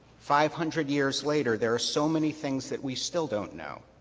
five hundred years later, there are so many things that we still don't know.